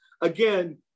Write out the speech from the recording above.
again